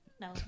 No